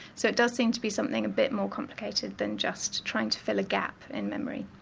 so it does seem to be something a bit more complicated than just trying to fill a gap in memory.